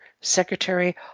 Secretary